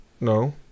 no